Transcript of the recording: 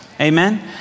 Amen